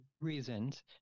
reasons